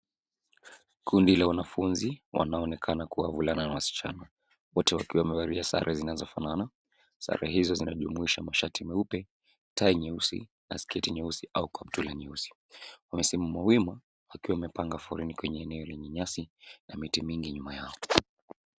Kundi la wanafunzi wanaonekana kuwa wavulana na wasichana, wote wakiwa wamevalia sare zinazofanana. Sare hizo zinajumuisha mashati meupe, tai nyeusi na sketi nyeusi au kaptula nyeusi. Wamesimama wima wakiwa wamepanga foleni kwenye eneo lenye nyasi na miti mingi nyuma yao.